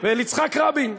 ואל יצחק רבין.